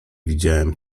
widziałem